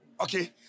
Okay